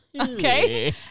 Okay